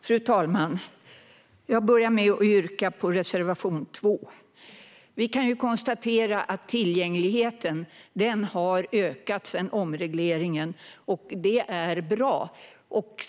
Fru talman! Jag börjar med att yrka bifall till reservation 2. Vi kan konstatera att tillgängligheten har ökat sedan omregleringen, och det är bra.